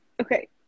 okay